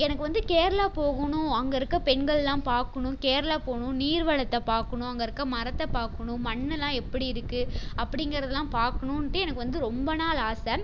எனக்கு வந்து கேரளா போகணும் அங்கே இருக்கற பெண்கள்லாம் பார்க்கணும் கேரளா போகணும் நீர் வளத்தை பார்க்கணும் அங்கே இருக்கற மரத்தைப் பார்க்கணும் மண்ணெல்லாம் எப்படி இருக்குது அப்படிங்கறதெல்லாம் பார்க்கணுன்ட்டு எனக்கு வந்து ரொம்ப நாள் ஆசை